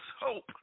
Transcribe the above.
hope